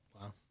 Wow